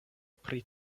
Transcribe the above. pri